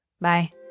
Bye